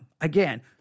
Again